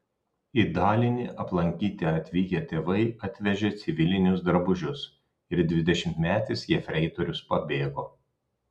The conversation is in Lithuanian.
į dalinį aplankyti atvykę tėvai atvežė civilinius drabužius ir dvidešimtmetis jefreitorius pabėgo